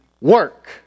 work